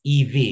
EV